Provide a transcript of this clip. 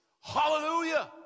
Hallelujah